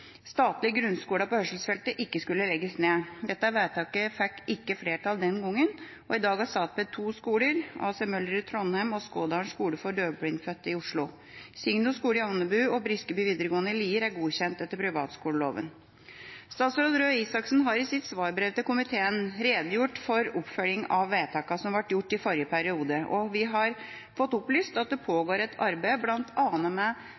statlige grunnskolene på hørselsfeltet ikke skulle legges ned. Dette vedtaket fikk ikke flertall den gangen, og i dag har Statped to skoler – A.C. Møller i Trondheim og Skådalen skole for døvblindfødte i Oslo. Signo skole i Andebu og Briskeby videregående i Lier er godkjent etter privatskoleloven. Statsråd Røe Isaksen har i sitt svarbrev til komiteen redegjort for oppfølging av vedtakene som ble gjort i forrige periode, og vi har fått opplyst at det pågår et arbeid bl.a. med